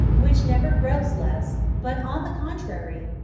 which never grows less, but, on the contrary,